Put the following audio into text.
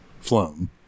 flown